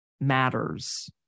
matters